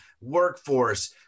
workforce